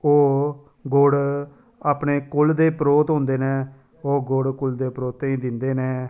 ओह् गुड़ अपने कुल दे पुरोह्त होंदे न ओह् गुड़ कुल दे परोह्तें ई दिंदे न